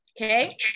Okay